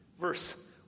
Verse